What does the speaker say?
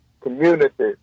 community